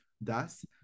Thus